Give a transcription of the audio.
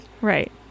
Right